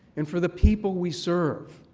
and for the people we serve?